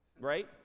right